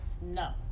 No